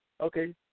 Okay